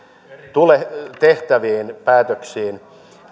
tehtäviin päätöksiin